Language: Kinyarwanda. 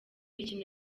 mikino